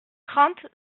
trente